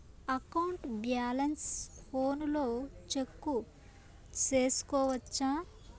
account balance ఫోనులో check సేసుకోవచ్చా